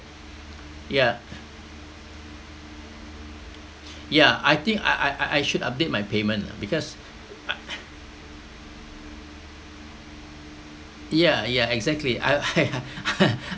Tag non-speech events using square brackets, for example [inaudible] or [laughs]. ya ya I think I I I should update my payment lah because I yeah yeah exactly I [laughs]